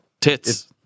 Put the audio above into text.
tits